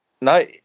no